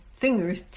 fingers